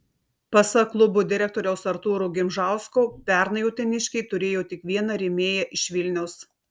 pasak klubo direktoriaus artūro gimžausko pernai uteniškiai turėjo tik vieną rėmėją iš vilniaus